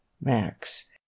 Max